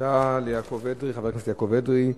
תודה לחבר הכנסת יעקב אדרי.